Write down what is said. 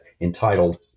entitled